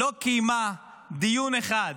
לא קיימה דיון אחד